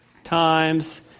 times